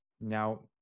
now